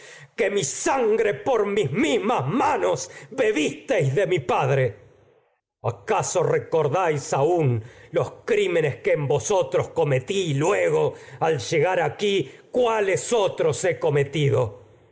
la encrucijada sangre por mis mismas aún bebisteis de mi padre que en acaso metí y recordáis los crímenes vosotros co luego al llegar aquí cuáles otros he cometido